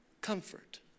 Comfort